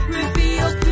revealed